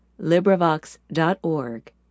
LibriVox.org